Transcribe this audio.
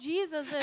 Jesus